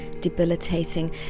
debilitating